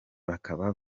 bakaba